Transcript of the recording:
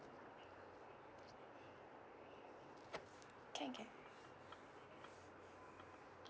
can can